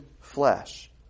flesh